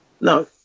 No